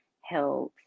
health